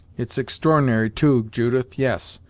it's extr'ornary too, judith yes,